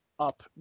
up